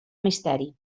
misteri